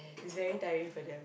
is very tiring for them there